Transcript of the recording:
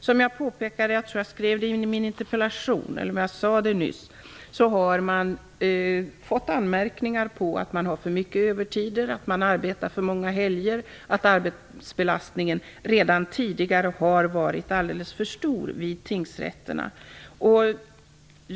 Som jag påpekade - jag tror att jag skrev det i min interpellation - har man fått anmärkningar för att man har för mycket övertid, att man arbetar för många helger och att arbetsbelastningen redan tidigare har varit alldeles för stor vid tingsrätterna.